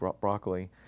broccoli